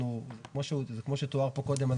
כמו שתואר פה קודם,